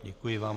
Děkuji vám.